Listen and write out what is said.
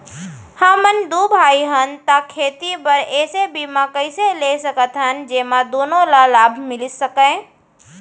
हमन दू भाई हन ता खेती बर ऐसे बीमा कइसे ले सकत हन जेमा दूनो ला लाभ मिलिस सकए?